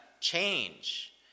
change